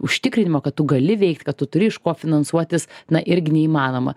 užtikrinimo kad tu gali veikt kad tu turi iš ko finansuotis na irgi neįmanoma